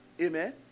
Amen